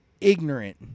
ignorant